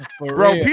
Bro